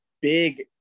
big